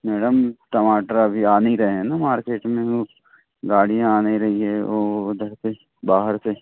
madam टमाटर अभी आ नहीं रहे हैं ना मार्केट में वो गाड़ियाँ आ नहीं रही हैं वो उधर से बाहर से